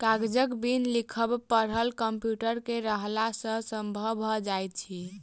कागजक बिन लिखब पढ़ब कम्प्यूटर के रहला सॅ संभव भ सकल अछि